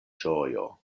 ĝojo